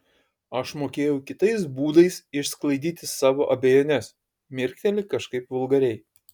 aš mokėjau kitais būdais išsklaidyti savo abejones mirkteli kažkaip vulgariai